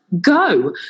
Go